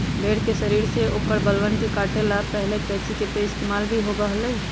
भेड़ के शरीर से औकर बलवन के काटे ला पहले कैंची के पइस्तेमाल ही होबा हलय